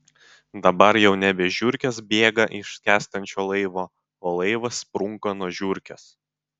dabar jau nebe žiurkės bėga iš skęstančio laivo o laivas sprunka nuo žiurkės